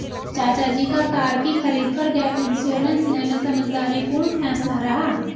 चाचा जी का कार की खरीद पर गैप इंश्योरेंस लेना समझदारी पूर्ण फैसला रहा